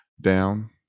down